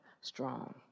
strong